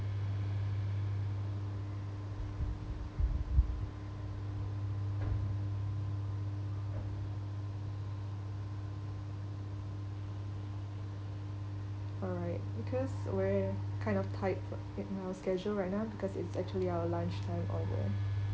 alright because we're kind of tight in our schedule right now because it's actually our lunch time order